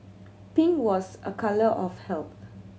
pink was a colour of health